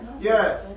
Yes